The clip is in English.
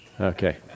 okay